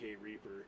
Reaper